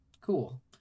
Cool